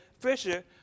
Fisher